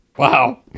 wow